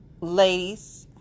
ladies